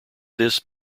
this